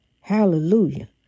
Hallelujah